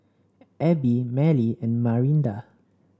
Abie Mallie and Marinda